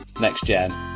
next-gen